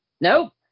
Nope